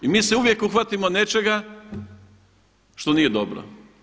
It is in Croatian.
I mi se uvijek uhvatimo nečega što nije dobro.